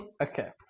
Okay